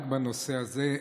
רק בנושא הזה.